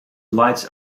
lights